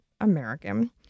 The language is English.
American